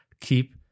keep